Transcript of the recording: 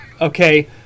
Okay